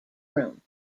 room